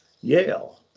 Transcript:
Yale